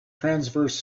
transverse